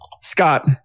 Scott